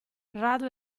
rado